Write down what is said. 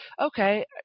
Okay